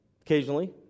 Occasionally